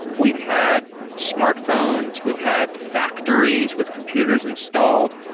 we've had smartphones. we've had factories with computers installed.